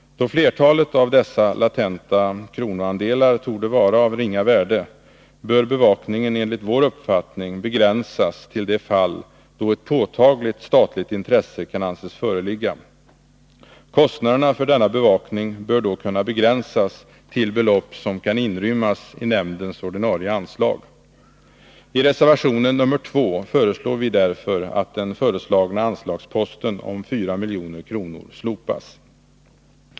Då flertalet av dessa latenta kronoandelar torde vara av ringa värde, bör bevakningen enligt vår uppfattning begränsas till de fall då ett påtagligt statligt intresse kan anses föreligga. Kostnaderna för denna bevakning bör då kunna begränsas till belopp som kan inrymmas i nämndens ordinarie anslag. I reservation nr 2 föreslår vi därför att den föreslagna anslagsposten om 4 milj.kr. slopas.